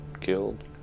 killed